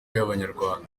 y’abanyarwanda